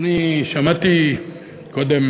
אני שמעתי קודם